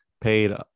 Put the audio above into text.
Paid